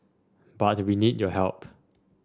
but we need your help